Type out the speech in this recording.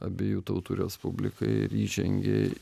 abiejų tautų respublikai ir įžengė